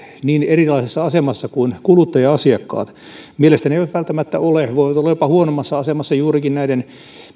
niin erilaisessa asemassa kuin kuluttaja asiakkaat mielestäni eivät välttämättä ole voivat olla jopa huonommassa asemassa juurikin näiden